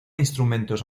instrumentos